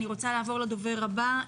אני רוצה לעבור לדובר הבא,